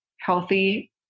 healthy